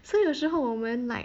so 有时候我们 like